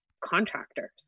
contractors